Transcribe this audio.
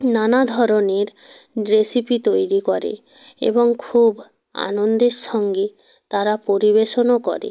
নানা ধরনের রেসিপি তৈরি করে এবং খুব আনন্দের সঙ্গে তারা পরিবেশনও করে